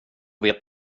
vet